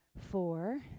four